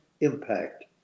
impact